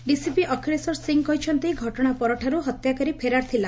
DCP Akhileshwar Singh କହିଛନ୍ତି ଘଟଶା ପରଠୁ ହତ୍ୟାକାରୀ ଫେରାର ଥିଲା